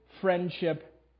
friendship